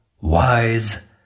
wise